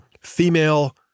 female